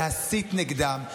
להסית נגדם,